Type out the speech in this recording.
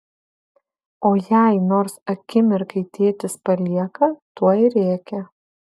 o jei nors akimirkai tėtis palieka tuoj rėkia